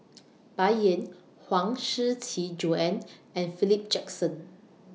Bai Yan Huang Shiqi Joan and Philip Jackson